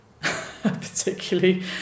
particularly